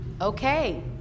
okay